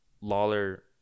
Lawler